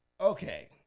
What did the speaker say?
Okay